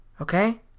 okay